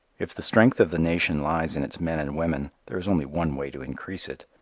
if the strength of the nation lies in its men and women there is only one way to increase it.